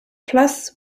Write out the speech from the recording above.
plus